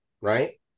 right